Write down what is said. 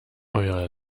eure